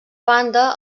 banda